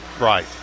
Right